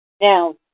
Now